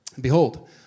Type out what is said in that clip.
Behold